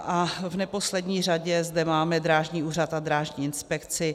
A v neposlední řadě zde máme Drážní úřad a Drážní inspekci.